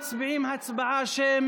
אנחנו נצביע על הצעת החוק.